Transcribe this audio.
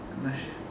not sure